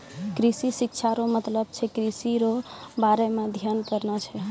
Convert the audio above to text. कृषि शिक्षा रो मतलब छै कृषि रो बारे मे अध्ययन करना छै